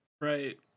Right